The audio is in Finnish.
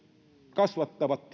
kasvattavat